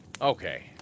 Okay